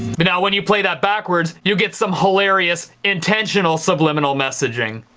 but now when you play that backwards, you get some hilarious intentional subliminal messaging.